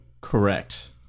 Correct